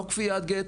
לא כפיית גט,